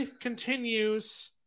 continues